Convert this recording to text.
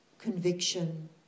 conviction